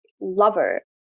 lover